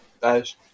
Guys